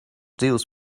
deals